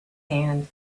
hand